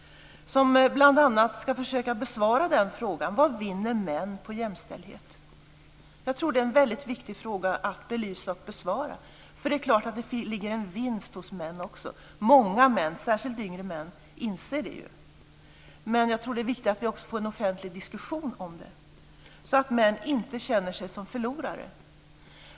Man ska bl.a. försöka besvara frågan: Vad vinner män på jämställdhet? Jag tror att det är en viktig fråga att belysa och besvara, för det är klart att det ligger en vinst i det också för män. Många män, särskilt yngre män, inser det. Men jag tror att det är viktigt att vi även får en offentlig diskussion om det, så att män inte känner sig som förlorare.